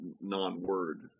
non-word